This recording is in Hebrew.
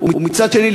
ומצד שני,